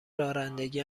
رانندگی